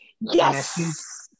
Yes